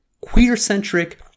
queer-centric